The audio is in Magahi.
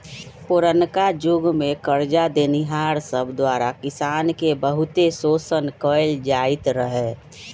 पुरनका जुग में करजा देनिहार सब द्वारा किसान के बहुते शोषण कएल जाइत रहै